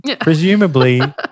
presumably